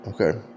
okay